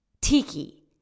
Tiki